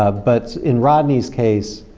ah but in rodney's case,